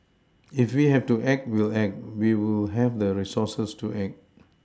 if we have to act we'll act we will have the resources to act